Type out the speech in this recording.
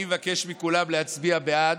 אני מבקש מכולם להצביע בעד,